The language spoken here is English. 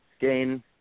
Gain